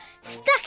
Stuck